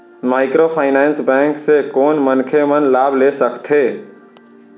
Microfinance bank से कोन मनखे मन लाभ ले सकथे?